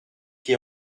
qui